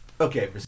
Okay